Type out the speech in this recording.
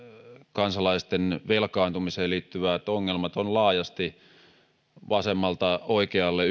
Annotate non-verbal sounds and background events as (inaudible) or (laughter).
kansalaisten velkaantumiseen liittyvät ongelmat ovat laajasti vasemmalta oikealle (unintelligible)